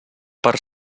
per